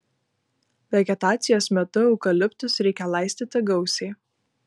vegetacijos metu eukaliptus reikia laistyti gausiai